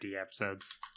episodes